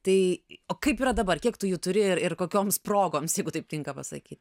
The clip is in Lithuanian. tai o kaip yra dabar kiek tu jų turi ir ir kokioms progoms jeigu taip tinka pasakyt